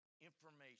information